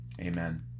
amen